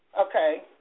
Okay